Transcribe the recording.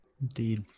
Indeed